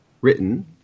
written